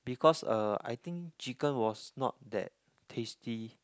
because uh I think chicken was not that tasty